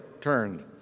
turned